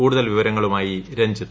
കൂടുതൽ വിവരങ്ങളുമായി രഞ്ജിത്